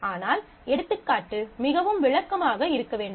ஆனால் எடுத்துக்காட்டு மிகவும் விளக்கமாக இருக்க வேண்டும்